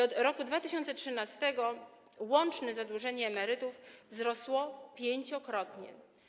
Od roku 2013 łączne zadłużenie emerytów wzrosło pięciokrotnie.